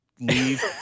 leave